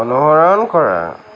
অনুসৰণ কৰা